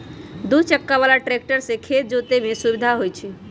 दू चक्का बला ट्रैक्टर से खेत जोतय में सुविधा होई छै